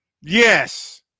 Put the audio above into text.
Yes